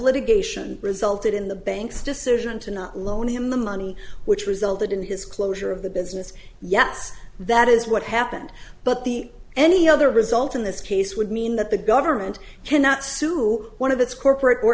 litigation resulted in the bank's decision to not loan him the money which resulted in the disclosure of the business yes that is what happened but the any other result in this case would mean that the government cannot sue one of its corporate or